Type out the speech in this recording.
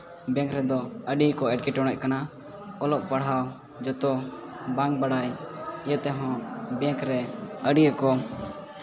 bank ᱨᱮᱫᱚ ᱟᱹᱰᱤ ᱜᱮᱠᱚ ᱮᱴᱠᱮᱴᱚᱬᱮᱜ ᱠᱟᱱᱟ ᱚᱞᱚᱜ ᱯᱟᱲᱦᱟᱣ ᱡᱚᱛᱚ ᱵᱟᱝ ᱵᱟᱲᱟᱭ ᱤᱭᱟᱹ ᱛᱮᱦᱚᱸ ᱵᱮᱝᱠ ᱨᱮ ᱟᱹᱰᱤ ᱨᱚᱠᱚᱢ